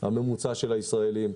הממוצע של הישראלים.